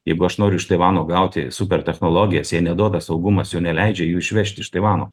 jeigu aš noriu iš taivano gauti super technologijas jie neduoda saugumas jų neleidžia jų išvežti iš taivano